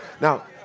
Now